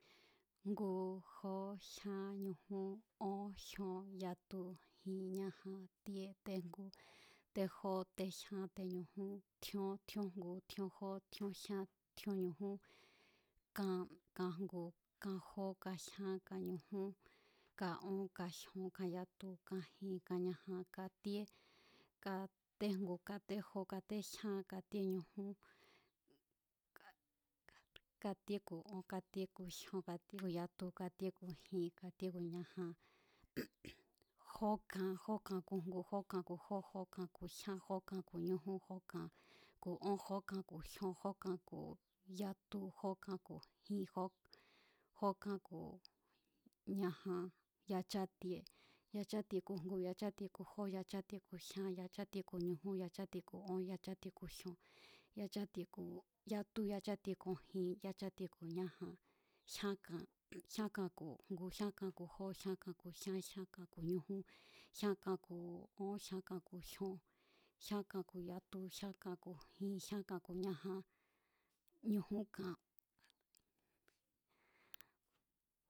Ngu, jó, jyá, ñujún, ón, jyon, yatu, jin, ñajan, tie, tejngu, tejó, tejyán, teñujún, tjíón, tjíó jngu, tjíón jó, tjíón jyan, tjíón ñujún, kan kangu, kajó, kajyán, kañujún, káón, kajyon, kayatu, kajin, kañajan, katíé, katé jngu, katé jó kate jyán, katé ñujún, katíe ku̱ ón kátíé ku̱ jyon kátíe ku̱ yatu, katíe ku̱ jin, katíe ku̱ ñajan, jókan, jókan ku̱ jngu, jókan ku̱ jó, jókan ku̱ jyán, jókan ku̱ ñujún, jókan ku̱ ón, jókan ku̱ jyon, jókan ku̱ yatu, jókan ku̱ jin, jókan ku̱ ñájan, yachátie, yachátie ku̱ jngu, yachátie ku̱jó, yachátie ku̱ jyán, yachatie ku̱ ñujún, yachátie ku̱ ón, yachátie ku̱ jyon, yachátie ku̱ yatu, yachátie ku̱ jin, yachátie ku̱ ñajan, jyán kan, jyákan ku̱ jngu, jyákan ku̱ jó, jyán kan ku̱ jyán, jyán kan ku̱ ñujún, jyán kan ku̱ ón, jyán kan ku̱ yatu, jyánkan ku̱ jin, jyánkan ku̱ ñajan, ñujúnkan.